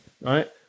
right